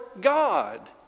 God